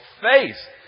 face